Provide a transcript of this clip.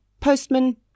postman